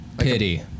Pity